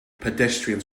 pedestrians